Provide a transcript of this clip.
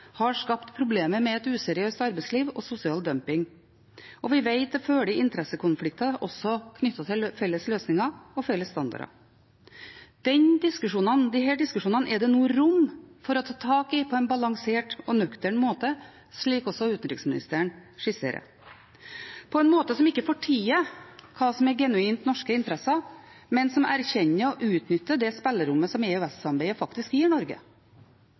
har skapt problemer med et useriøst arbeidsliv og sosial dumping, og vi vet at det også følger med interessekonflikter knyttet til felles løsninger og felles standarder. Disse diskusjonene er det nå rom for å ta tak i på en balansert og nøktern måte, slik også utenriksministeren skisserer, på en måte som ikke fortier hva som er genuint norske interesser, men som erkjenner og utnytter det spillerommet som EØS-samarbeidet faktisk gir Norge.